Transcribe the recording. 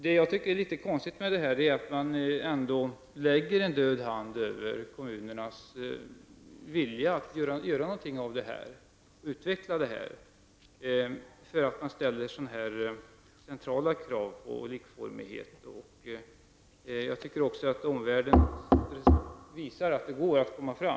Det jag tycker är litet konstigt är att man ändå lägger en död hand över kommunernas vilja att utveckla och göra någonting av detta. Det ställs centrala krav på likformighet. Jag anser också att exempel i omvärlden visar att det går att komma fram.